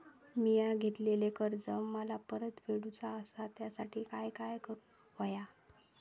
मिया घेतलेले कर्ज मला परत फेडूचा असा त्यासाठी काय काय करून होया?